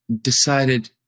decided